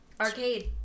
Arcade